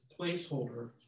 placeholder